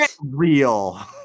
real